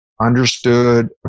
understood